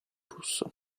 russo